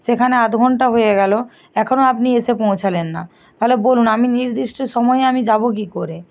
সেখানে আধ ঘন্টা হয়ে গেলো এখনো আপনি এসে পৌঁছালেন না তাহলে বলুন আমি নির্দিষ্ট সময়ে আমি যাবো কী করে